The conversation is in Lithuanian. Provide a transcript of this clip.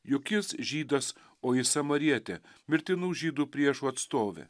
juk jis žydas o ji samarietė mirtinų žydų priešų atstovė